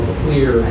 clear